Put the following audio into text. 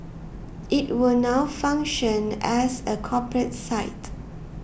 it will now function as a corporate site